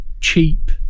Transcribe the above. cheap